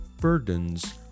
Burdens